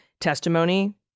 testimony